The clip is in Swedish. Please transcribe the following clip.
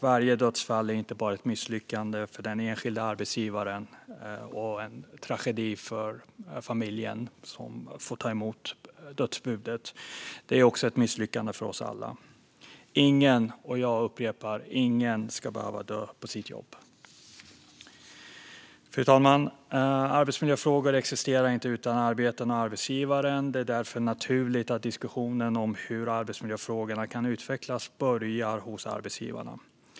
Varje dödsfall är inte bara ett misslyckande för den enskilde arbetsgivaren och en tragedi för familjen som får ta emot dödsbudet, utan det är också ett misslyckande för oss alla. Ingen - jag upprepar: ingen - ska dö på sitt jobb. Fru talman! Arbetsmiljöfrågor existerar inte utan arbeten och arbetsgivare. Det är därför naturligt att diskussionen om hur arbetsmiljöfrågorna kan utvecklas börjar hos arbetsgivarna.